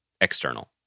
external